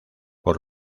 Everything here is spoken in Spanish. por